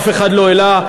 אף אחד לא העלה,